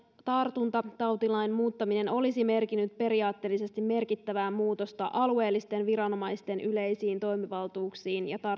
tartuntatautilain muuttaminen olisi merkinnyt periaatteellisesti merkittävää muutosta alueellisten viranomaisten yleisiin toimivaltuuksiin